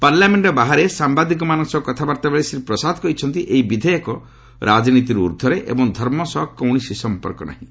parliament ବାହାରେ ସାମ୍ବାଦିକମାନଙ୍କ ସହ କଥାବାର୍ତ୍ତା ବେଳେ ଶ୍ରୀ ପ୍ରସାଦ କହିଛନ୍ତି ଏହି ବିଧେୟକ ରାଜନୀତିରୁ ଊର୍ଦ୍ଧ୍ୱରେ ଏବଂ ଧର୍ମ ସହ କୌଣସି ସମ୍ପର୍କ ନାହିଁ